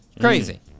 Crazy